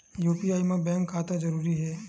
UPI मा bank खाता जरूरी हे?